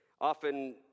Often